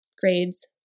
grades